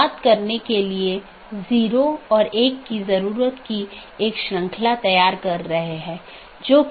वास्तव में हमने इस बात पर थोड़ी चर्चा की कि विभिन्न प्रकार के BGP प्रारूप क्या हैं और यह अपडेट क्या है